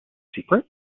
secret